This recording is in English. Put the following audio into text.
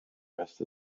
rest